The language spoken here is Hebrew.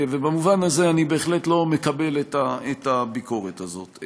ובמובן הזה אני בהחלט לא מקבל את הביקורת הזאת.